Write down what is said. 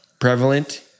prevalent